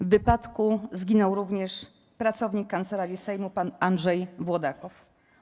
W wypadku zginął również pracownik Kancelarii Sejmu pan Andrzej Włodakow.